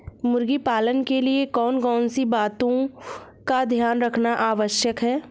मुर्गी पालन के लिए कौन कौन सी बातों का ध्यान रखना आवश्यक है?